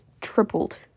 Tripled